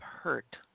hurt